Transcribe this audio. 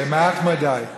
מעט מדי.